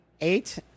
eight